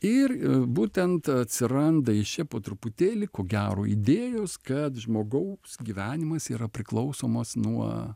ir būtent atsiranda iš čia po truputėlį ko gero idėjos kad žmogaus gyvenimas yra priklausomos nuo